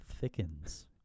thickens